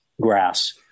grass